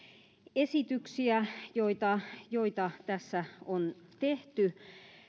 esityksiä joita joita tässä on tehty